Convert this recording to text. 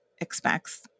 expects